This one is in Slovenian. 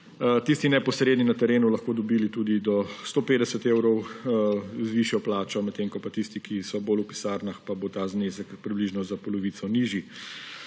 tisi neposredni na terenu, lahko dobili tudi do 150 evrov višjo plačo, medtem ko pa za tiste, ki so bolj v pisarnah, pa bo ta znesek približno za polovico nižji.